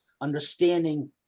understanding